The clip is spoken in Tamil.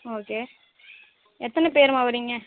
ஓகே எத்தனை பேர்ம்மா வரீங்க